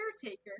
caretaker